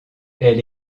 elle